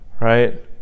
right